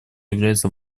являются